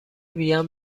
وین